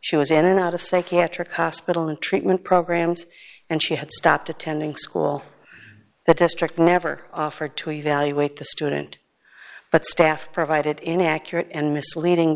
she was in and out of psychiatric hospital and treatment programs and she had stopped attending school the district never offered to evaluate the student but staff provided inaccurate and misleading